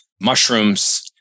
mushrooms